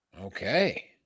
Okay